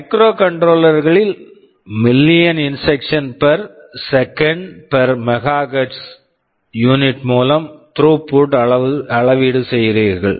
microcontroller microcontroller களில் million instructions per second per megahertz million instructions per second per megahertz unit unit மூலம் throughput throughput ஐ அளவீடு செய்கிறீர்கள்